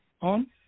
on